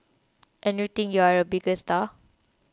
and you think you're a big star